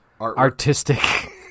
artistic